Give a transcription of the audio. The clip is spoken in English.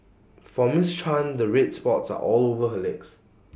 for miss chan the red spots are all over her legs